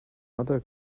other